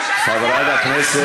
מרצ בממשלה?